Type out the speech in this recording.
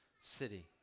city